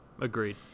Agreed